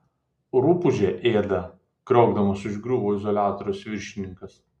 rupūžė ėda kriokdamas užgriuvo izoliatoriaus viršininkas